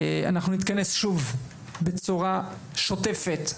נתכנס שוב, בצורה שוטפת,